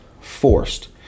forced